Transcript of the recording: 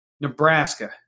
Nebraska